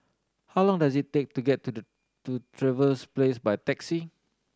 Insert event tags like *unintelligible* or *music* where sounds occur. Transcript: how long does it take to get *unintelligible* to Trevose Place by taxi